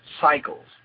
cycles